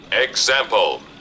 Example